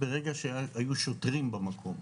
שאני חייבת לומר שאני זכיתי לבקר שם,